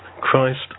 Christ